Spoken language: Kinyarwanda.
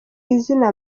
izina